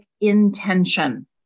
intention